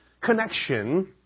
connection